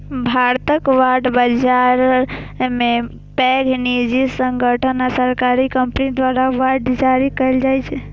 भारतक बांड बाजार मे पैघ निजी संगठन आ सरकारी कंपनी द्वारा बांड जारी कैल जाइ छै